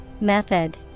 Method